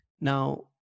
Now